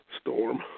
Storm